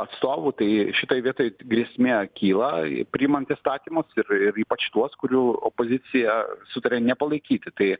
atstovų tai šitoj vietoj grėsmė kyla priimant įstatymus ir ir ypač tuos kurių opozicija sutarė nepalaikyti tai